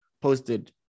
posted